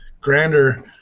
grander